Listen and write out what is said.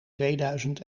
tweeduizend